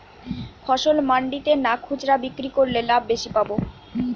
ফসল মন্ডিতে না খুচরা বিক্রি করলে লাভ বেশি পাব?